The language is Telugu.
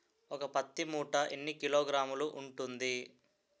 ఒక పత్తి మూట ఎన్ని కిలోగ్రాములు ఉంటుంది?